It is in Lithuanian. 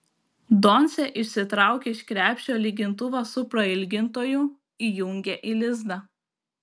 doncė išsitraukė iš krepšio lygintuvą su prailgintoju įjungė į lizdą